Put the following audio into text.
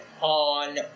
on